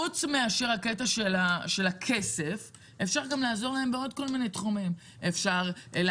חוץ מכסף אפשר גם לעזור להם בכל מיני תחומים: אפשר לא